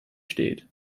steht